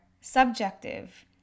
subjective